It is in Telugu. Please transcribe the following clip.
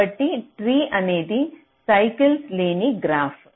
కాబట్టి ట్రీ అనేది సైకిల్స్ లేని గ్రాఫ్